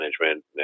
management